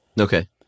Okay